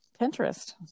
pinterest